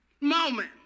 moment